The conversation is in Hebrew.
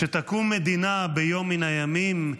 "כשתקום מדינה ביום מן הימים,